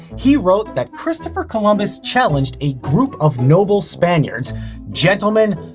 he wrote that christopher columbus challenged a group of noble spaniards gentlemen,